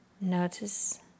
notice